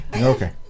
Okay